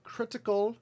Critical